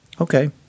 Okay